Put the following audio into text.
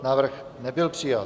Návrh nebyl přijat.